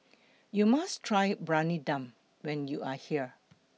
YOU must Try Briyani Dum when YOU Are here